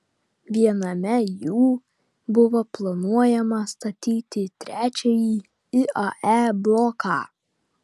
viename jų buvo planuojama statyti trečiąjį iae bloką